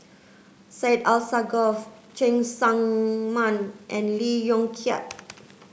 Syed Alsagoff Cheng Tsang Man and Lee Yong Kiat